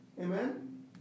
Amen